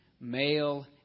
male